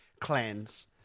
Clans